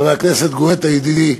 חבר הכנסת גואטה, ידידי,